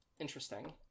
Interesting